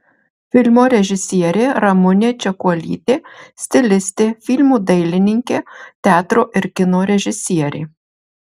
filmo režisierė ramunė čekuolytė stilistė filmų dailininkė teatro ir kino režisierė